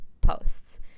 posts